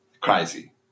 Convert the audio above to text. Crazy